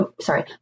sorry